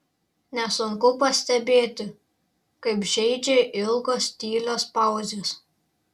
nesunku pastebėti kaip žeidžia ilgos tylios pauzės